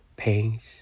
pains